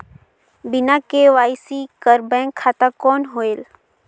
बिना के.वाई.सी कर बैंक खाता कौन होएल?